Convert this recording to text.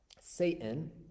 Satan